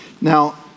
Now